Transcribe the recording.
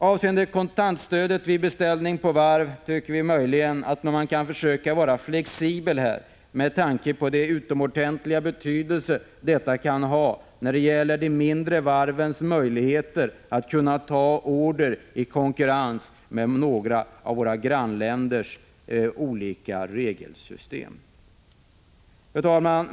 Beträffande beräkningen av kontantstödet tycker vi att man möjligen kan försöka vara litet mer flexibel, detta med tanke på den utomordentliga betydelse som stödet kan ha för de mindre varvens möjligheter att kunna ta hem order i konkurrens med varv i våra grannländer, med deras olika regelsystem. Fru talman!